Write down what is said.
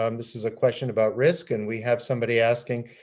um this is a question about risk, and we have somebody asking,